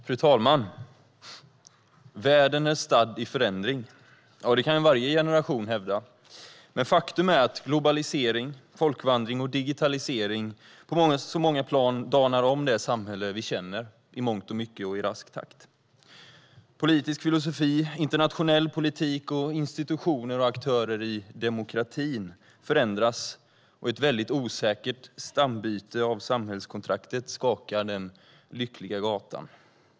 Fru talman! Världen är stadd i förändring. Ja, det kan varje generation hävda. Men faktum är att globalisering, folkvandring och digitalisering på många plan och i rask takt danar om det samhälle vi känner. Politisk filosofi, internationell politik och institutioner och aktörer i demokratin förändras. Och ett väldigt osäkert stambyte i samhällskontraktet skakar den lyckliga gatan.